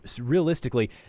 realistically